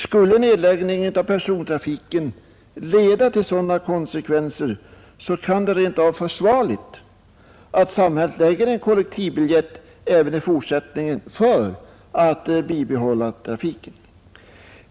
Skulle nedläggningen av persontrafiken leda till sådana konsekvenser, kan det rent av vara försvarligt att samhället även i fortsättningen satsar pengar på ”kollektivbiljetten” för att bibehålla trafiken.